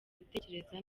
gutekereza